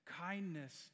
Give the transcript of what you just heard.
kindness